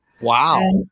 Wow